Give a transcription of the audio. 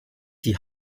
die